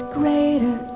greater